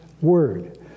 Word